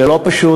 זה לא פשוט.